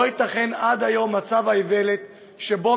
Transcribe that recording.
לא ייתכן שעד היום היה מצב האיוולת שבו